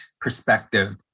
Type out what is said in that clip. perspective